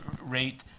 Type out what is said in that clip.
rate